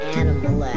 animal